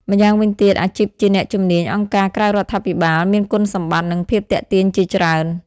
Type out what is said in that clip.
ម៉្យាងវិញទៀតអាជីពជាអ្នកជំនាញអង្គការក្រៅរដ្ឋាភិបាលមានគុណសម្បត្តិ និងភាពទាក់ទាញជាច្រើន។